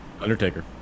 undertaker